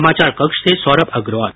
समाचार कक्ष से सौरभ अग्रवाल